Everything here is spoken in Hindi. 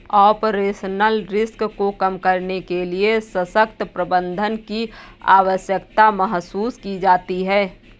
ऑपरेशनल रिस्क को कम करने के लिए सशक्त प्रबंधन की आवश्यकता महसूस की जाती है